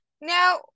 now